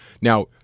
Now